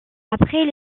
après